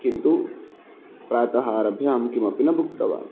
किन्तु प्रातः आरभ्य अहं किमपि न भुक्तवान्